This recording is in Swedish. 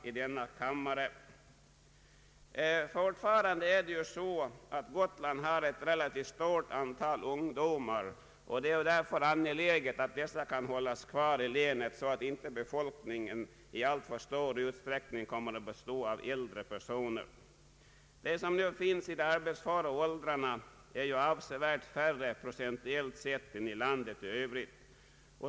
Gotland har fortfarande ett relativt stort antal ungdomar, och det är angeläget att dessa kan hållas kvar i länet så att inte befolkningen i alltför stor utsträckning kommer att bestå av äldre personer. Det är ett avsevärt färre antal människor på Gotland i arbetsför ålder procentuellt sett än i landet i övrigt.